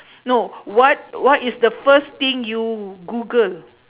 no what what is the first thing you google